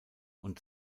und